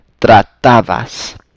tratabas